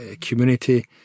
community